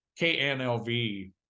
KNLV